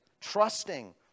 trusting